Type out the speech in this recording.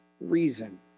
reason